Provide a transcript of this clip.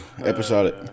Episodic